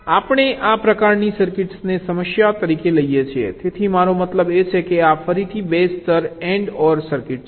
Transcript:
આપણે આ પ્રકારની સર્કિટને સમસ્યા તરીકે લઈએ છીએ તેથી મારો મતલબ એ છે કે આ ફરીથી 2 સ્તર AND OR સર્કિટ છે